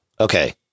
Okay